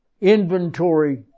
inventory